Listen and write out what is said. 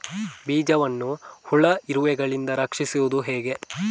ಬೀಜವನ್ನು ಹುಳ, ಇರುವೆಗಳಿಂದ ರಕ್ಷಿಸುವುದು ಹೇಗೆ?